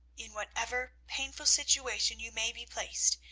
in whatever painful situation you may be placed,